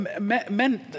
men